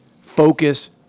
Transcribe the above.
focus